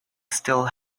still